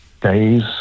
days